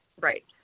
Right